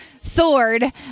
sword